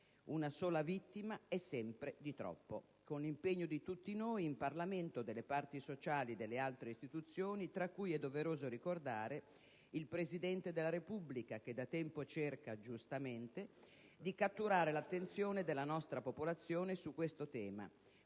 una sola vittima è sempre di troppo), con l'impegno di tutti noi in Parlamento, delle parti sociali e delle altre istituzioni, tra cui è doveroso ricordare il Presidente della Repubblica che da tempo cerca - giustamente - di catturare l'attenzione della nostra popolazione su questo tema,